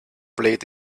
played